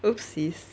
oopsies